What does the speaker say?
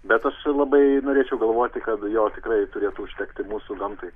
bet aš labai norėčiau galvoti kad jo tikrai turėtų užtekti mūsų gamtai